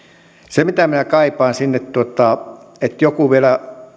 se mitä minä kaipaan sinne on että joku vielä